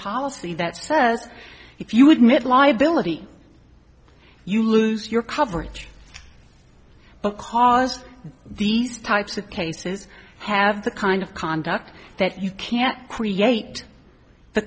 policy that says if you would midline ability you lose your coverage because these types of cases have the kind of conduct that you can't create the